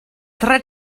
tre